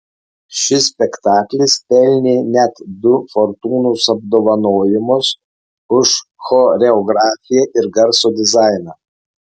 šis spektaklis pelnė net du fortūnos apdovanojimus už choreografiją ir garso dizainą